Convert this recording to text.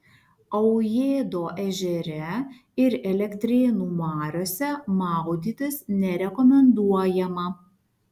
aujėdo ežere ir elektrėnų mariose maudytis nerekomenduojama